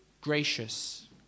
gracious